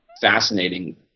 fascinating